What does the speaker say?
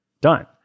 Done